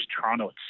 toronto